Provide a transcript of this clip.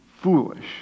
foolish